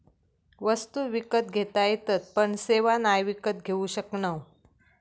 वस्तु विकत घेता येतत पण सेवा नाय विकत घेऊ शकणव